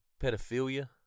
pedophilia